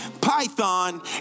python